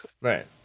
right